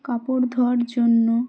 কাপড় ধোয়ার জন্য